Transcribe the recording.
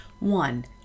one